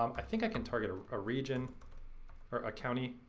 um i think i can target a region or a county.